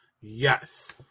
yes